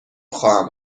خواهم